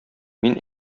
мин